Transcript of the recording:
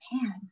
man